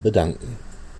bedanken